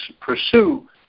pursue